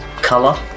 color